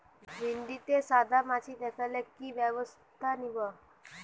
ভিন্ডিতে সাদা মাছি দেখালে কি ব্যবস্থা নেবো?